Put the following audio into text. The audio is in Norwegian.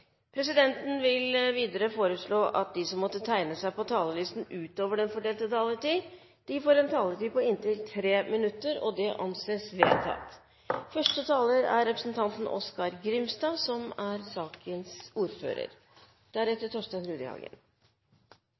vil presidenten foreslå at de som måtte tegne seg på talerlisten utover den fordelte taletid, får en taletid på inntil 3 minutter. – Det anses vedtatt. Stortinget vedtok i juni 2007 den nye kulturloven. Målet med loven var å styrke kulturvirksomheten som